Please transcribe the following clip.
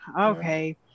Okay